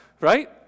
right